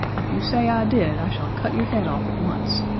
if you say i did, i shall cut your head off at once.